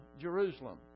Jerusalem